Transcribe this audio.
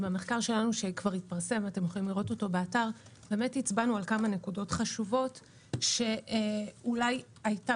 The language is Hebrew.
במחקר שלנו שכבר התפרסם הצבענו על כמה נקודות חשובות שאולי הייתה